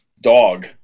dog